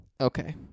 Okay